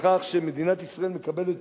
בכך שמדינת ישראל מקבלת